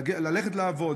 ללכת לעבוד.